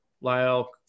Lyle